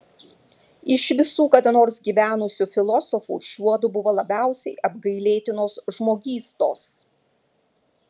iš visų kada nors gyvenusių filosofų šiuodu buvo labiausiai apgailėtinos žmogystos